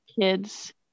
kids